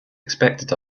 expected